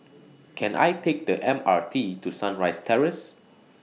Can I Take The M R T to Sunrise Terrace